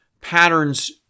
patterns